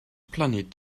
planet